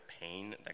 pain